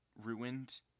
ruined